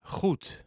Goed